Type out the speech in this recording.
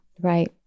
Right